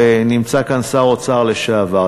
ונמצא כאן שר האוצר לשעבר,